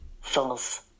False